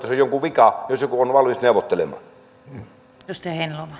se on jonkun vika jos joku on valmis neuvottelemaan